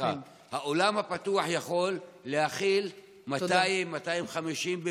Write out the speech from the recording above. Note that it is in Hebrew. האולם הפתוח יכול להכיל 200 250, תודה.